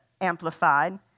amplified